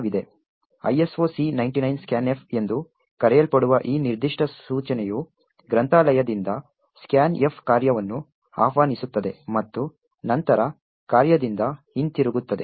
iso c99 scanf ಎಂದು ಕರೆಯಲ್ಪಡುವ ಈ ನಿರ್ದಿಷ್ಟ ಸೂಚನೆಯು ಗ್ರಂಥಾಲಯದಿಂದ scanf ಕಾರ್ಯವನ್ನು ಆಹ್ವಾನಿಸುತ್ತದೆ ಮತ್ತು ನಂತರ ಕಾರ್ಯದಿಂದ ಹಿಂತಿರುಗುತ್ತದೆ